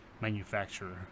manufacturer